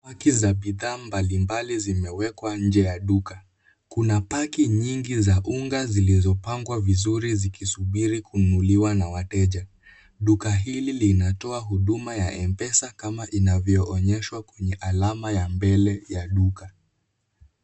Paki za bidhaa mbalimbali zimewekwa nje ya duka. Kuna paki nyingi za unga zilizopangwa vizuri zikisubiri kununuliwa na wateja. Duka hili linatoa huduma ya M-Pesa kama inavyoonyeshwa kwenye alama ya mbele ya duka.